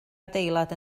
adeilad